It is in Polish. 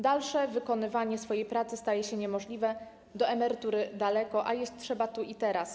Dalsze wykonywanie swojej pracy staje się niemożliwe, do emerytury daleko, a jeść trzeba tu i teraz.